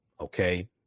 Okay